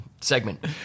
segment